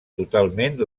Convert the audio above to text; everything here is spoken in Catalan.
totalment